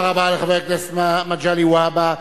תודה רבה לחבר הכנסת מגלי והבה.